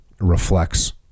reflects